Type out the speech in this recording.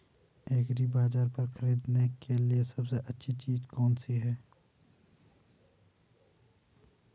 एग्रीबाज़ार पर खरीदने के लिए सबसे अच्छी चीज़ कौनसी है?